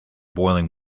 boiling